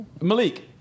Malik